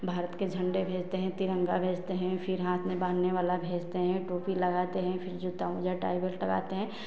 भारत के झण्डे भेजते हैं तिरंगा भेजते हैं फिर हाथ में बांधने वाला भेजते हैं टोपी लगाते हैं जूता मौज़ा टाई बेल्ट लगाते हैं